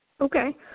Okay